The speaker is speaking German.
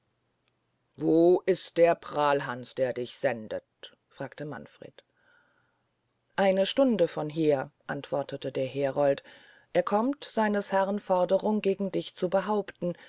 wo ist der prahlhans der dich sendet fragte manfred eine stunde von hier antwortete der herold er kommt seines herrn forderungen gegen dich zu behaupten